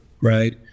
right